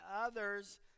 others